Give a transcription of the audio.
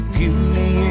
Beauty